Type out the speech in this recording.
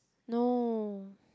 no